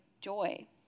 joy